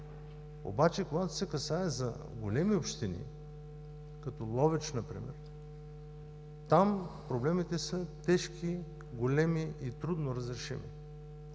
помощ. Когато се касае за големи общини като Ловеч например, там проблемите са тежки, големи и трудно разрешими.